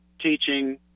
teaching